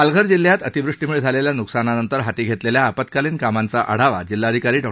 पालघर जिल्ह्यात अतिवृष्टीमुळे झालेल्या नुकसानानंतर हाती घेतलेल्या आपत्कालीन कामांचा आढावा जिल्हाधिकारी डॉ